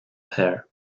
her